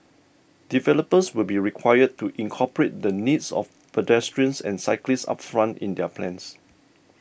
developers will be required to incorporate the needs of pedestrians and cyclists upfront in their plans